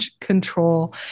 control